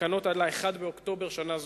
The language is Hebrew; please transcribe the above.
בתקנות עד 1 באוקטובר שנה זו.